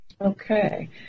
Okay